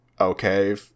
okay